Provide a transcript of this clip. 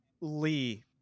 Lee